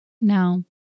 Now